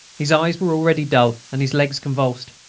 his eyes were already dull and his legs convulsed.